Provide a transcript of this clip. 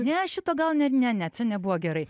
ne šito gal ir ne ne čia nebuvo gerai